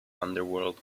underworld